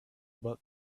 about